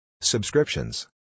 Subscriptions